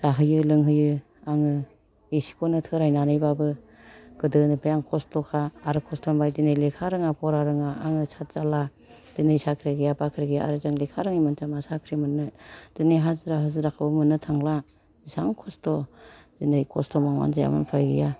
जाहोयो लोंहोयो आङो एसेखौनो थोरायनानैबाबो गोदोनिफ्राय आं खस्थ'खा आरो खस्थ'निफ्राय लेखा रोङा फरा रोङा आङो साद जारला दिनै साख्रि गैया बाख्रि गैया आरो जों लेखा रोङै मानसिया मा साख्रि मोननो दिनै हाजिरा हुजिराखौबो मोननो थांला बेसेबां खस्थ' दिनै खस्थ' मावनानै जायाबानो उफाय गैया